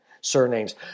surnames